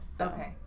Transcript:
Okay